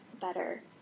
better